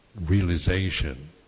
realization